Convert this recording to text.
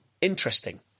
interesting